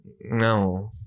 no